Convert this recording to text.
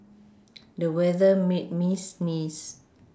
the weather made me sneeze